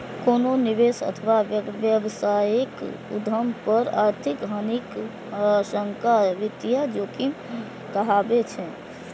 कोनो निवेश अथवा व्यावसायिक उद्यम पर आर्थिक हानिक आशंका वित्तीय जोखिम कहाबै छै